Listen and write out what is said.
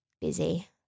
Busy